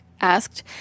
asked